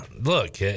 look